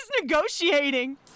negotiating